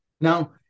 Now